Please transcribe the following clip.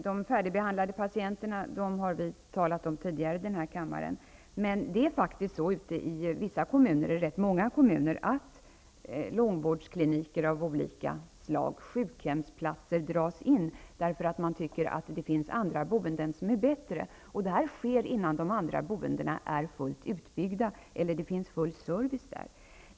De färdigbehandlade patienterna har vi talat om tidigare i kammaren, men det är faktiskt så i vissa kommuner att långvårdskliniker av olika slag och sjukhemsplatser dras in därför att man tycker att andra former av boende är bättre. Men detta sker innan dessa andra boendeformer är fullt utbyggda eller har fått full service.